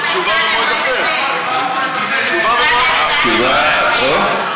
לא, תשובה במועד אחר.